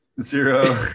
zero